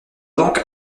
donc